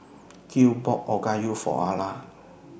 Gil bought Okayu For Ara